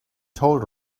told